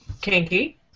Kinky